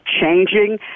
changing